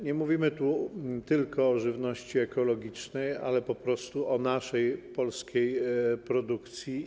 Nie mówimy tu tylko o żywności ekologicznej, ale po prostu o naszej polskiej produkcji.